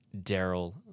Daryl